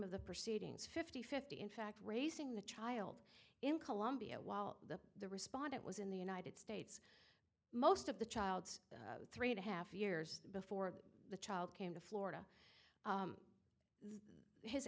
of the proceedings fifty fifty in fact raising the child in colombia while the respondent was in the united states most of the child's three and a half years before the child came to florida